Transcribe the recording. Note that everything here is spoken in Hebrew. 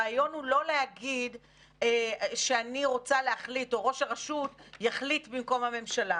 הרעיון הוא לא להגיד שאני רוצה להחליט או ראש הרשות יחליט במקום הממשלה.